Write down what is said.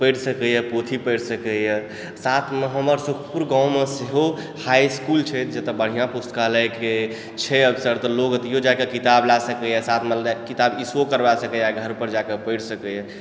पढ़ि सकैए पोथी पढ़ि सकैए साथमे हमर सुखपुर गाममे सेहो हाइ इसकुल छै जतऽ बढिआँ पुस्तकालयके छै अवसर तऽ लोग ओतैयो जाकऽ किताब लऽ सकैए साथमे किताब इशूओ करवा सकैए घरपर जाकऽ पढ़ि सकैए